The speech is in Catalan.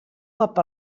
cop